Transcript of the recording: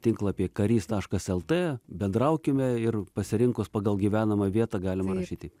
tinklapy karys taškas lt bendraukime ir pasirinkus pagal gyvenamą vietą galima rašyti